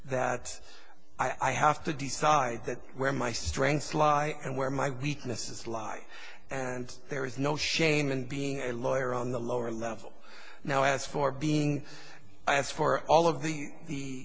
that i have to decide where my strengths lie and where my weaknesses lie and there is no shame in being a lawyer on the lower level now as for being asked for all of the